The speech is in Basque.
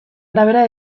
arabera